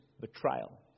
betrayal